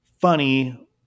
funny